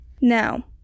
Now